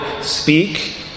speak